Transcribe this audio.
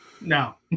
No